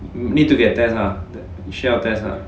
you need to get test ah 你需要 test ah